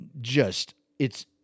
just—it's